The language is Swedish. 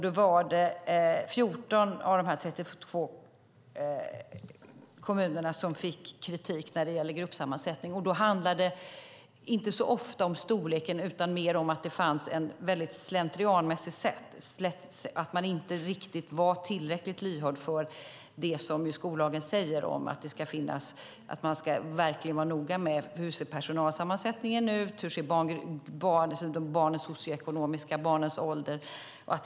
Då var det 14 av dessa 32 kommuner som fick kritik när det gällde gruppsammansättning. Då handlade det inte så ofta om storleken utan mer om att det fanns ett väldigt slentrianmässigt sätt, att man inte var tillräckligt lyhörd för vad skollagen säger om att man verkligen ska vara noga med hur personalsammansättningen, barnens socioekonomiska situation och barnens ålder ser ut.